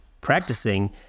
practicing